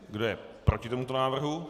Kdo je proti tomuto návrhu?